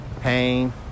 Pain